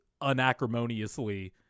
unacrimoniously